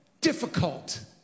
difficult